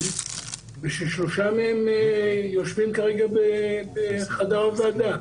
וששלושה מהם יושבים כרגע בחדר הוועדה.